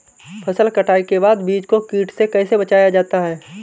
फसल कटाई के बाद बीज को कीट से कैसे बचाया जाता है?